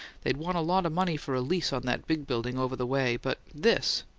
they'd want a lot of money for a lease on that big building over the way but this,